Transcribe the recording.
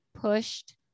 pushed